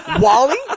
Wally